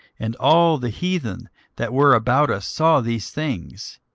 and all the heathen that were about us saw these things,